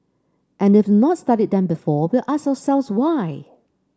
and if we've not studied them before we'll ask ourselves why